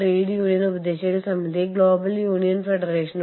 ഞാൻ ഉദ്ദേശിക്കുന്നത് ഇത് വളരെ വളരെ വളരെ സങ്കീർണ്ണമാണ്